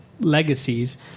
legacies